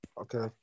Okay